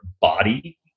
body